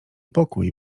pokój